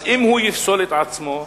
אז אם הוא יפסול את עצמו,